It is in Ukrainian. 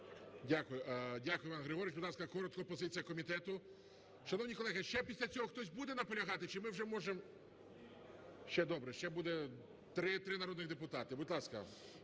Дякую, Іван Григорович. Будь ласка, коротко позиція комітету. Шановні колеги, ще після цього хтось буде наполягати чи ми вже можемо... Ще добре, ще буде три народних депутати. Будь ласка.